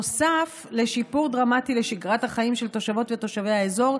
נוסף לשיפור דרמטי בשגרת החיים של תושבות ותושבי האזור,